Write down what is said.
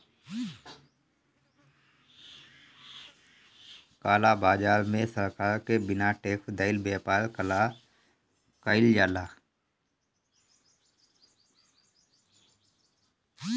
काला बाजार में सरकार के बिना टेक्स देहले व्यापार कईल जाला